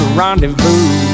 rendezvous